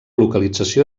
localització